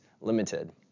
limited